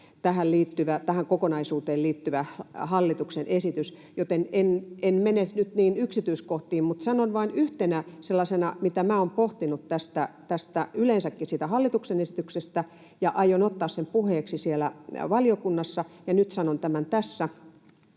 tähän kokonaisuuteen liittyvä hallituksen esitys, joten en mene nyt niin yksityiskohtiin, mutta sanon vain yhtenä sellaisena, mitä minä olen pohtinut yleensäkin siitä hallituksen esityksestä, ja aion ottaa sen puheeksi siellä valiokunnassa, ja nyt sanon tämän tässä: